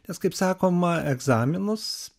nes kaip sakoma egzaminus